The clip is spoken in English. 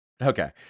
Okay